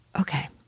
okay